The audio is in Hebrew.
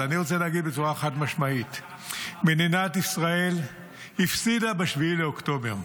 אז אני רוצה לומר בצורה חד-משמעית: מדינת ישראל הפסידה ב-7 באוקטובר.